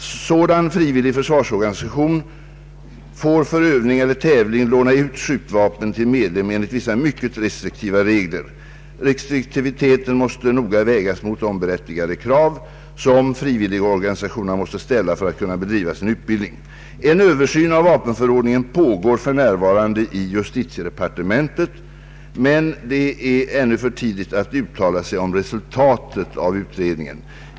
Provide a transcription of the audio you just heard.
Sådan frivillig försvarsorganisation får för övning eller tävling låna ut skjutvapen till medlem enligt vissa mycket restriktiva regler. Restriktiviteten måste noga vägas mot de berättigade krav, som frivilligorganisationerna måste ställa för att kunna bedriva sin utbildning. En översyn av vapenförordningen pågår för närvarande i justitiedepartementet men det är ännu för tidigt att uttala sig om resulatet av denna.